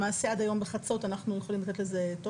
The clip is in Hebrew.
למעשה, עד היום בחצות אנחנו יכולים לתת לזה תוקף.